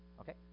okay